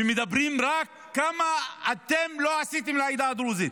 מדברים רק כמה אתם לא עשיתם לעדה הדרוזית,